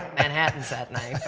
manhattans that night.